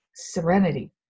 Serenity